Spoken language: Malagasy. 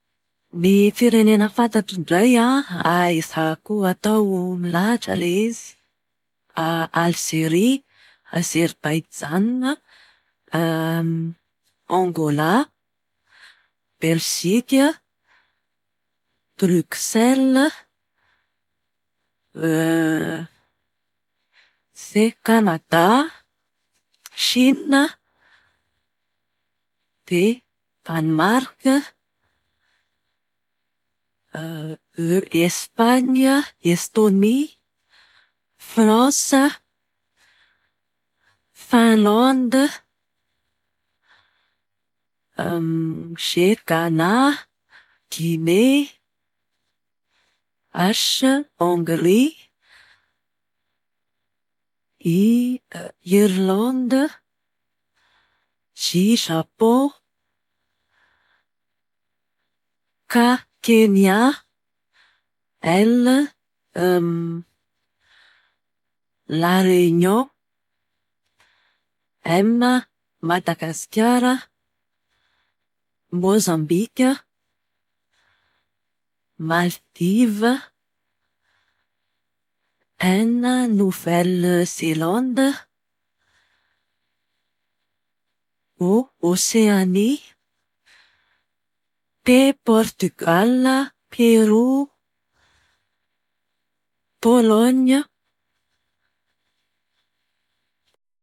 Ny firenena fantatro indray an, a ezahako atao milahatra ilay izy. Alzeria, Azerbaijana, Ongola, Belzika, Brukselina, Kanada, Shina, Danemarika, Espana, Estonia, Fransa, Finlandy, Gana, Ginea, H Hongria, I Irlande, J Japon, K Kenia, L La Reunion, M Madagasikara, Mozambika, Maldiva, N Novela Zelande, O Oseania, P Portogala, Peroa, Polonia